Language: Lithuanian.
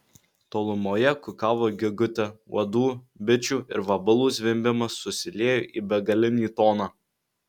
tolumoje kukavo gegutė uodų bičių ir vabalų zvimbimas susiliejo į begalinį toną